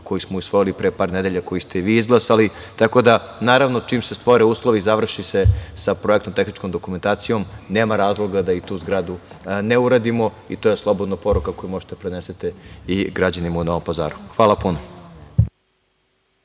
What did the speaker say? koji smo usvojili pre par nedelja, koji ste vi izglasali. Tako da, naravno, čim se stvore uslovi, završi se sa projektno-tehničkom dokumentacijom, nema razloga da i tu zgradu ne uradimo. To je slobodno poruka koju možete da prenesete i građanima u Novom Pazaru. Hvala puno.